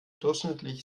durchschnittlich